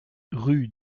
rue